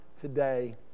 today